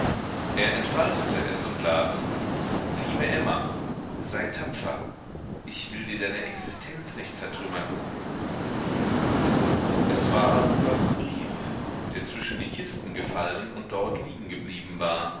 er entfaltete es und las liebe emma sei tapfer ich will dir deine existenz nicht zertrümmern es war rudolfs brief der zwischen die kisten gefallen und dort liegen geblieben war